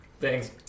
Thanks